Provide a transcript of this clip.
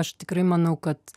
aš tikrai manau kad